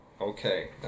okay